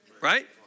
Right